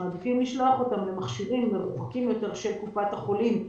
שמעדיפים לשלוח אותם לבדיקה מרוחקת יותר של קופת החולים.